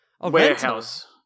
warehouse